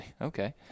Okay